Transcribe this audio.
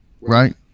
right